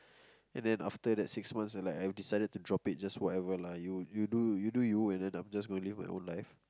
and then after the six months like I decided to drop it just forever lah you you do you do you and then I'm just gonna live my own life